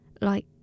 like